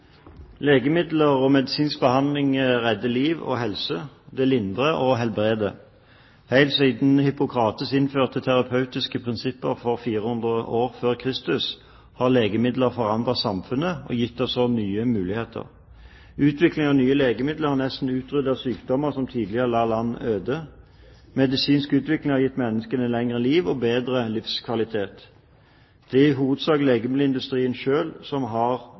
Legemidler og medisinsk behandling redder liv og helse, det lindrer og helbreder. Helt siden Hippokrates innførte terapeutiske prinsipper 400 år f.Kr., har legemidler forandret samfunnet og også gitt oss nye muligheter. Utviklingen av nye legemidler har nesten utryddet sykdommer som tidligere la land øde. Medisinsk utvikling har gitt mennesker lengre liv og bedre livskvalitet. Det er i hovedsak legemiddelindustrien selv som har